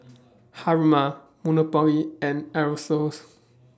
Haruma Monopoly and Aerosoles